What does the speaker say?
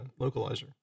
localizer